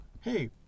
hey